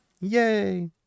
Yay